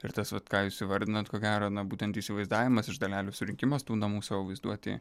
ir tas vat ką jus įvardinot ko gero na būtent įsivaizdavimas iš dalelių surinkimas tų namų savo vaizduotėj